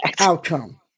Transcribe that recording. outcome